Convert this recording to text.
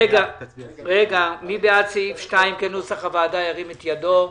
מי בעד סעיף 2, כנוסח הוועדה ירים את ידו.